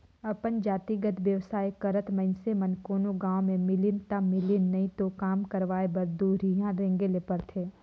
अपन जातिगत बेवसाय करत मइनसे मन कोनो गाँव में मिलिन ता मिलिन नई तो काम करवाय बर दुरिहां रेंगें ले परथे